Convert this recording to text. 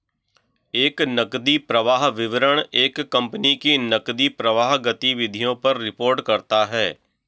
एक नकदी प्रवाह विवरण एक कंपनी की नकदी प्रवाह गतिविधियों पर रिपोर्ट करता हैं